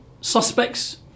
Suspects